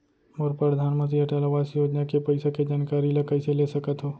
मोर परधानमंतरी अटल आवास योजना के पइसा के जानकारी ल कइसे ले सकत हो?